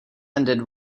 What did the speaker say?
ended